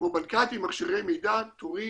כמו בנקטים, מכשירי מידע, תורים,